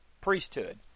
priesthood